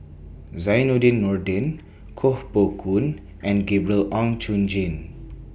Zainudin Nordin Koh Poh Koon and Gabriel Oon Chong Jin